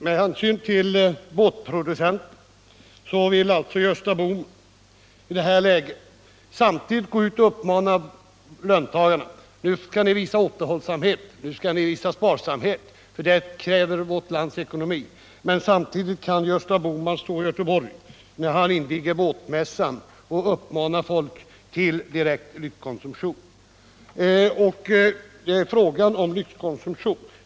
Med hänsyn till den ekonomiska situationen vill alltså Gösta Bohman I detta läge gå ut och uppmana löntagarna at visa återhållsamhet och sparsamhet — det kräver vårt lands ekonomi. Samtidigt kan Gösta Bohman när han inviger båtmässan i Göteborg uppmana folk till direkt Ivyxkonsumtion; för att tillmötesgå båtproducenternas önskemål. Vad det gäller här är ull stor del lyxkonsumtion.